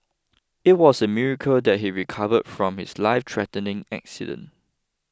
it was a miracle that he recovered from his lifethreatening accident